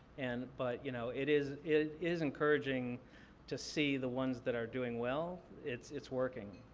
and but you know it is it is encouraging to see the ones that are doing well. it's it's working.